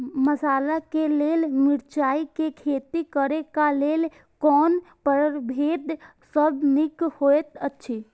मसाला के लेल मिरचाई के खेती करे क लेल कोन परभेद सब निक होयत अछि?